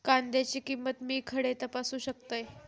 कांद्याची किंमत मी खडे तपासू शकतय?